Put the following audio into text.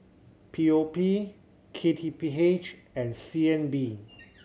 P O P K T P H and C N B